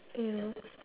ya